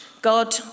God